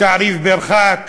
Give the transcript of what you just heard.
תעריף פר-ח"כ,